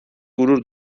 gurur